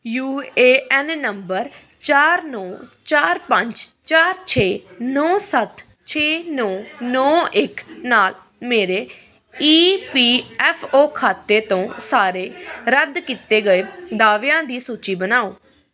you A N number ਚਾਰ ਨੌ ਚਾਰ ਪੰਜ ਚਾਰ ਛੇ ਨੌ ਸੱਤ ਛੇ ਨੌ ਨੌ ਇੱਕ ਨਾਲ ਮੇਰੇ ਈ ਪੀ ਐਫ ਓ ਖਾਤੇ ਤੋਂ ਸਾਰੇ ਰੱਦ ਕੀਤੇ ਗਏ ਦਾਅਵਿਆਂ ਦੀ ਸੂਚੀ ਬਣਾਓ